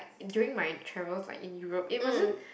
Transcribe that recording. during my travels like in Europe it wasn't